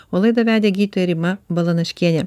o laidą vedė gydytoja rima balanaškienė